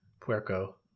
Puerco